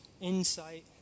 insight